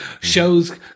shows